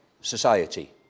society